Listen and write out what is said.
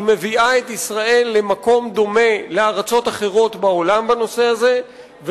היא מביאה את ישראל למקום דומה לארצות אחרות בעולם בנושא הזה,